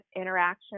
interaction